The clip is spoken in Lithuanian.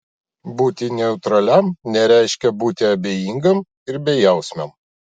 būti neutraliam nereiškia būti abejingam ir bejausmiam